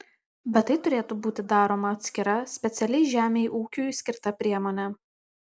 bet tai turėtų būti daroma atskira specialiai žemei ūkiui skirta priemone